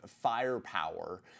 firepower